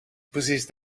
precies